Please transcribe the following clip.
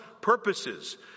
purposes